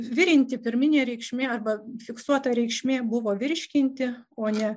virinti pirminė reikšmė arba fiksuota reikšmė buvo virškinti o ne